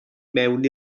mewn